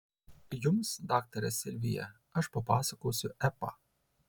jums daktare silvija aš papasakosiu epą